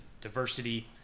diversity